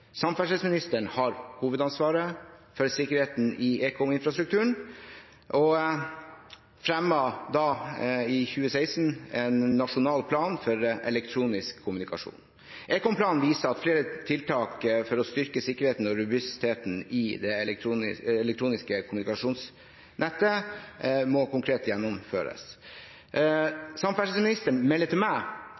Samferdselsministeren har hovedansvaret for sikkerheten i ekom-infrastrukturen og fremmet i 2016 en nasjonal plan for elektronisk kommunikasjon. Ekomplanen viser at flere tiltak for å styrke sikkerheten og robustheten i det elektroniske kommunikasjonsnettet må konkret gjennomføres. Samferdselsministeren melder til meg